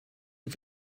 und